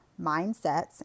mindsets